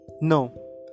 No